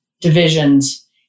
divisions